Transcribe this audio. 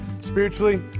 spiritually